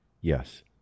Yes